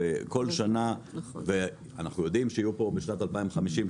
שנה ואנחנו יודעים שיהיו פה בשנת 2050,